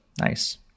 nice